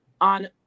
on